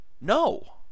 No